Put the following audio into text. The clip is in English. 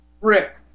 Rick